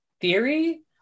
theory